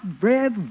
bread